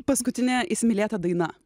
paskutinė įsimylėta daina